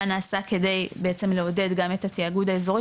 מה נעשה כדי בעצם לעודד גם את התאגוד האזורי,